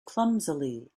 clumsily